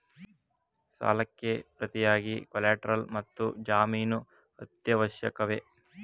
ಸಾಲಕ್ಕೆ ಪ್ರತಿಯಾಗಿ ಕೊಲ್ಯಾಟರಲ್ ಮತ್ತು ಜಾಮೀನು ಅತ್ಯವಶ್ಯಕವೇ?